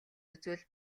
үзвэл